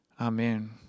Amen